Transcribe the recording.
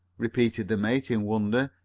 repeated the mate in wonder,